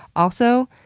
also,